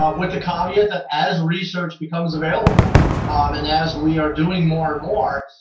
ah with the caveat that, as research becomes available um and as we are doing more and more,